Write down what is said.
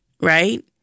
right